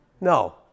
No